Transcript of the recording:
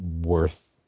worth